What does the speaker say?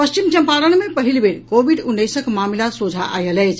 पश्चिम चंपारण मे पहिल बेर कोविड उन्नैसक मामिला सोझा आयल अछि